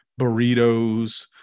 burritos